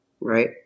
Right